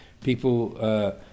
people